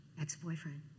ex-boyfriend